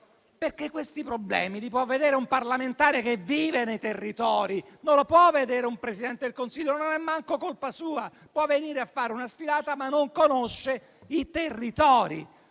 sismiche. Questi problemi li può vedere un parlamentare che vive nei territori, non li può vedere un Presidente del Consiglio. Non è manco colpa sua. Può venire a fare una sfilata, ma non conosce i territori.